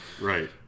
Right